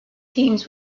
teams